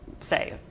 say